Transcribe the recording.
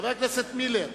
חבר הכנסת מילר,